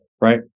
right